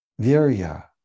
virya